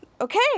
okay